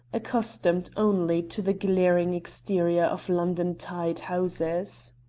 accustomed only to the glaring exterior of london tied houses.